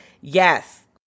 yes